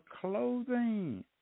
clothing